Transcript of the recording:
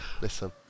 Listen